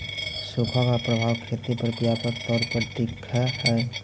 सुखा का प्रभाव खेती पर व्यापक तौर पर दिखअ हई